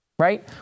Right